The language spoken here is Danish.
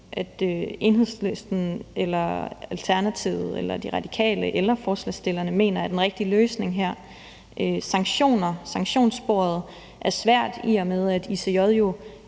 at Enhedslisten, Alternativet, De Radikale eller forslagsstillerne mener er den rigtige løsning her. Sanktionssporet er svært, i og med at ICJ jo